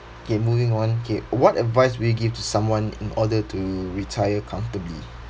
okay moving on K what advice will you give to someone in order to retire comfortably